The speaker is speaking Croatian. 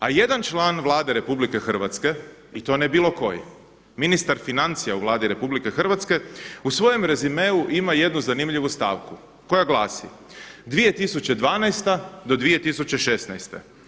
A jedan član Vlade RH i to ne bilo koji, ministar financija u Vladi RH u svojem rezimeu ima jednu zanimljivu stavku koja glasi: „2012.-2016.